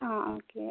ആ ഓക്കെ